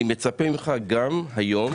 אני מצפה ממך גם היום,